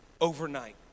overnight